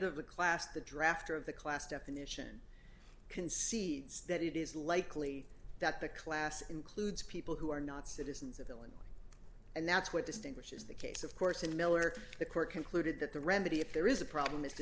of the class the drafter of the class definition concedes that it is likely that the class includes people who are not citizens of illinois and that's what distinguishes the case of course and miller the court concluded that the remedy if there is a problem